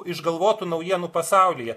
išgalvotų naujienų pasaulyje